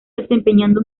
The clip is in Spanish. desempeñando